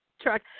truck